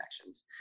connections